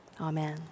Amen